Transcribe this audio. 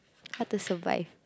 how to survive